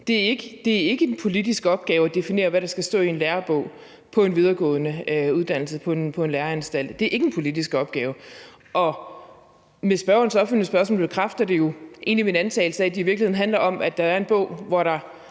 Det er ikke en politisk opgave at definere, hvad der skal stå i en lærebog på en videregående uddannelse på en læreanstalt, det er ikke en politisk opgave. Med spørgerens opfølgende spørgsmål bekræftes egentlig min antagelse af, at det i virkeligheden handler om, at der er en bog, hvor der